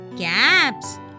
caps